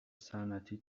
صنعتی